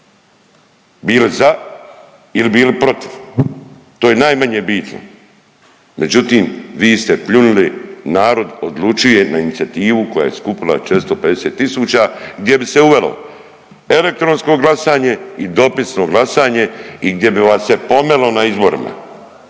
bili za ili bili protiv to je najmanje bitno. Međutim, vi ste pljunuli „Narod odlučuje“ na inicijativu koja je skupila 450 000 gdje bi se uvelo elektronsko glasanje i dopisno glasanje i gdje bi vas se pomelo na izborima.